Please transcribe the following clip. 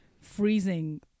freezing